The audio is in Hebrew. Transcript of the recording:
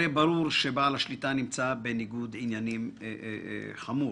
הרי ברור שבעל השליטה נמצא בניגוד עניינים חמור.